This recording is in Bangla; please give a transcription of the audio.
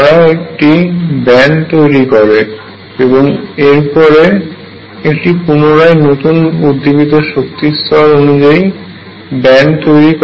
তারা একটি ব্যান্ড তৈরি করে এবং এরপরে একটি পুনরায় নতুন উদ্দীপিত শক্তিস্তর অনুযায়ী ব্যান্ড তৈরি করে